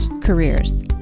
careers